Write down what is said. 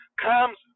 comes